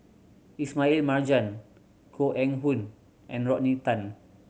Ismail Marjan Koh Eng Hoon and Rodney Tan